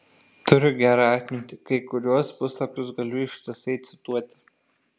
turiu gerą atmintį kai kuriuos puslapius galiu ištisai cituoti